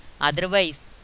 Otherwise